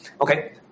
okay